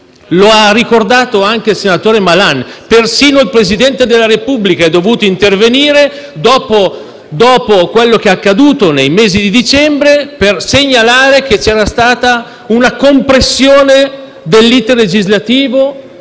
Lo ha ricordato anche il senatore Malan: persino il Presidente della Repubblica è dovuto intervenire, dopo quello che è accaduto nel mese di dicembre, per segnalare che c'era stata una compressione dell'*iter* legislativo